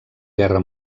guerra